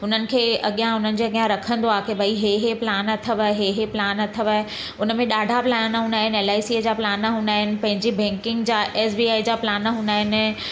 उन्हनि खे अॻियां उन्हनि जे अॻियां रखंदो आहे के भई हीअ हीअ प्लान अथव हीअ हीअ प्लान अथव उनमें ॾाढा प्लान हूंदा आहिनि एल आई सी जा प्लान हूंदा आहिनि पंहिंजी बैंकिंग जा एस बी आई जा प्लान हूंदा आहिनि